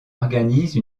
organise